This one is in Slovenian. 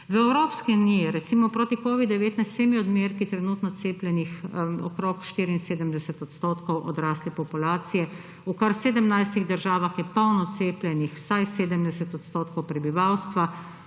V Evropski uniji je, recimo, proti covidu-19 z vsemi odmerki trenutno cepljenih okoli 74 odstotkov odrasle populacije, v kar 17 državah je polno cepljenih vsaj 70 odstotkov prebivalstva.